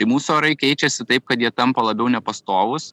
tai mūsų orai keičiasi taip kad jie tampa labiau nepastovūs